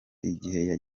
igihe